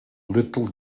little